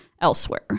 elsewhere